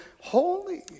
holy